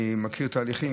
אני מכיר תהליכים.